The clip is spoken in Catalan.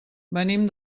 venim